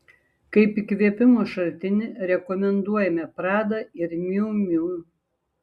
kaip įkvėpimo šaltinį rekomenduojame prada ir miu miu